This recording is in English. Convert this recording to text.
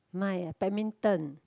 mine ah badminton